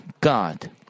God